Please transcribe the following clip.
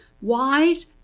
wise